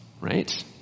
right